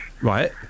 Right